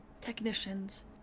technicians